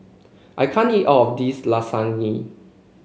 I can't eat all of this Lasagne